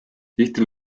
tihti